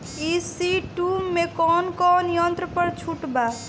ई.सी two मै कौने कौने यंत्र पर छुट बा?